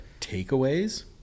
takeaways